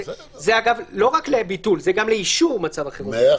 זה, אגב, לא רק לביטול, זה גם לאישור מצב החירום.